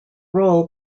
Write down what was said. role